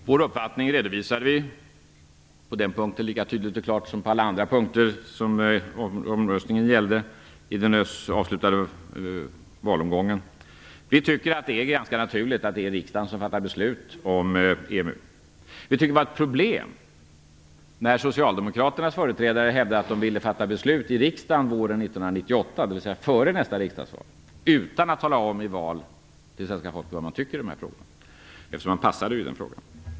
Vår uppfattning redovisade vi på den punkten lika tydligt och klart som på alla andra punkter som omröstningen gällde i den nyss avslutade valomgången. Det är ganska naturligt att det är riksdagen som fattar beslut om EMU. Det var ett problem när Socialdemokraternas företrädare hävdade att de ville fatta beslut i riksdagen våren 1998, dvs. före nästa riksdagsval, utan att i val tala om för svenska folket vad man tycker i dessa frågor. Man passade ju i den frågan.